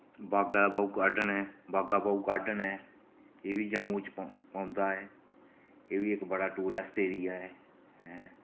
बागा दे बहु गार्डन ऐ बागा बहु गार्डन ऐ एह् बी जम्मू च पौ पौंदा ऐ एह् बी इक बड़ा टूरिस्ट एरिया ऐ ऐं